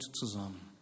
zusammen